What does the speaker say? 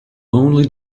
only